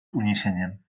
uniesieniem